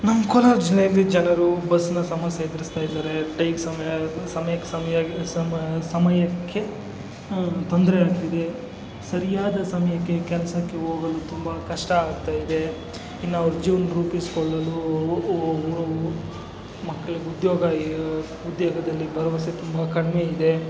ನಮ್ಮ ಕೋಲಾರ ಜಿಲ್ಲೆಯಲ್ಲಿ ಜನರು ಬಸ್ನ ಸಮಸ್ಯೆ ಎದುರಿಸ್ತಾಯಿದ್ದಾರೆ ಟೈಮ್ ಸಮಯ ಸಮಯ ಸಮಯಕ್ಕೆ ಸಮಯ ಸಮಯಕ್ಕೆ ತೊಂದರೆಯಾಗ್ತಿದೆ ಸರಿಯಾದ ಸಮಯಕ್ಕೆ ಕೆಲಸಕ್ಕೆ ಹೋಗಲು ತುಂಬ ಕಷ್ಟ ಆಗ್ತಾಯಿದೆ ಇನ್ನು ಅವರ ಜೀವನ ರೂಪಿಸ್ಕೊಳ್ಳಲು ಮಕ್ಕಳಿಗೆ ಉದ್ಯೋಗ ಉದ್ಯೋಗದಲ್ಲಿ ಭರವಸೆ ತುಂಬ ಕಡಿಮೆಯಿದೆ